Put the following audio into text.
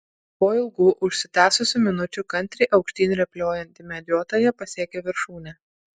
po ilgų užsitęsusių minučių kantriai aukštyn rėpliojanti medžiotoja pasiekė viršūnę